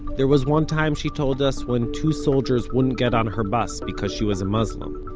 there was one time, she told us, when two soldiers wouldn't get on her bus because she was a muslim.